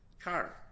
car